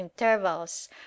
intervals